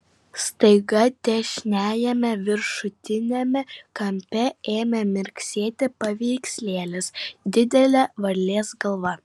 staiga dešiniajame viršutiniame kampe ėmė mirksėti paveikslėlis didelė varlės galva